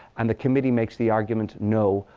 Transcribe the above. and the committee makes the argument, no.